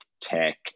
tech